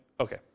Okay